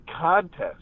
contest